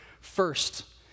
first